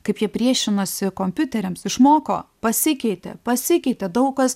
kaip jie priešinosi kompiuteriams išmoko pasikeitė pasikeitė daug kas